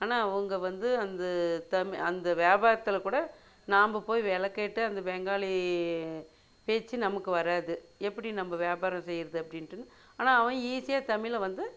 ஆனால் அவங்க வந்து அந்த தமி அந்த வியாபாரத்தில்கூட நாம் போய் விலை கேட்டு அந்த பெங்காலி பேச்சு நமக்கு வராது எப்படினா நம்ம வியாபாரம் செய்கிறது அப்படின்டு ஆனால் அவன் ஈஸியாக தமிழை வந்து